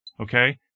okay